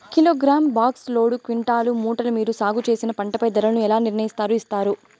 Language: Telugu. కిలోగ్రామ్, బాక్స్, లోడు, క్వింటాలు, మూటలు మీరు సాగు చేసిన పంటపై ధరలను ఎలా నిర్ణయిస్తారు యిస్తారు?